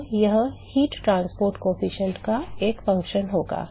तो यह ऊष्मा परिवहन गुणांक का एक फंक्शन होगा